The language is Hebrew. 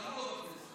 גם הוא לא בכנסת.